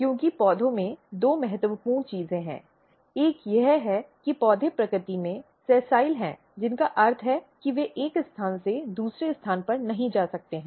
क्योंकि पौधे में दो महत्वपूर्ण चीजें हैं एक यह है कि पौधे प्रकृति में सेसाइल हैं जिसका अर्थ है कि वे एक स्थान से दूसरे स्थान पर नहीं जा सकते हैं